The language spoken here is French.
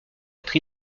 être